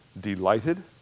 Delighted